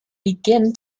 begin